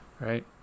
Right